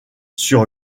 sur